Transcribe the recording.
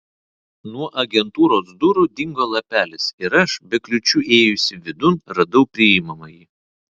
nuo agentūros durų dingo lapelis ir aš be kliūčių įėjusi vidun radau priimamąjį